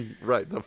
Right